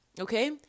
okay